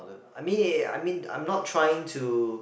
I mean I mean I'm not trying to